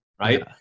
right